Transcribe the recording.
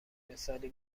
مثالی